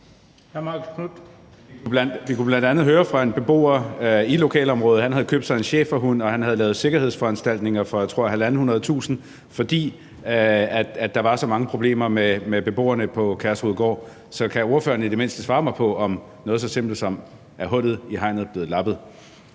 Vi kunne bl.a. høre fra en beboer i lokalområdet, at han havde købt en schæferhund, og han havde lavet sikkerhedsforanstaltninger for, jeg tror, det var 150.000 kr., fordi der var så mange problemer med beboerne på Kærshovedgård. Så kan ordføreren i det mindste svare mig på noget så simpelt som, om hullet i hegnet er blevet lappet?